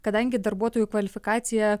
kadangi darbuotojų kvalifikacija